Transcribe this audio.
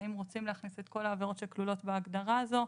האם רוצים להכניס את כל העבירות שכולות בהגדרה הזו.